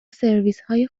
سرویسهای